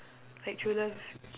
like true love